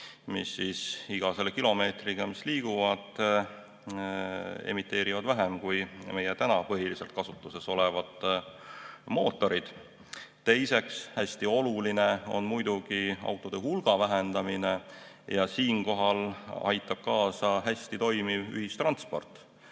mis iga kilomeetriga, mis nad liiguvad, emiteerivad vähem kui meil põhiliselt kasutuses olevad mootorid. Teiseks, hästi oluline on muidugi autode hulga vähendamine ja siinkohal aitab kaasa hästi toimiv ühistransport.